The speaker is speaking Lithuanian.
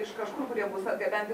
iš kažkur kurie bus atgabenti